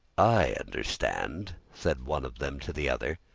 i understand, said one of them to the other,